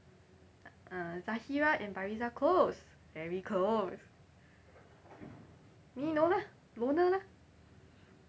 ah zahirah and farizah close very close me no lah loner lah